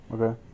Okay